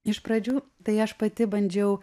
iš pradžių tai aš pati bandžiau